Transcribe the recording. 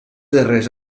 darrers